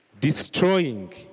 destroying